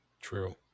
True